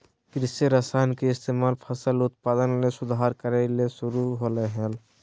कृषि रसायन के इस्तेमाल फसल उत्पादन में सुधार करय ले शुरु होलय हल